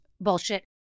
bullshit